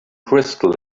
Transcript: crystal